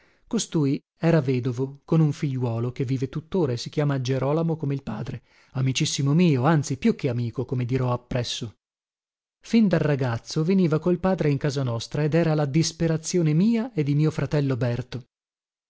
costui era vedovo con un figliuolo che vive tuttora e si chiama gerolamo come il padre amicissimo mio anzi più che amico come dirò appresso fin da ragazzo veniva col padre in casa nostra ed era la disperazione mia e di mio fratello berto